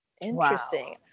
interesting